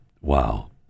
Wow